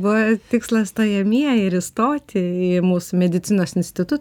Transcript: buvo tikslas stojamieji ir įstoti į mūsų medicinos institutą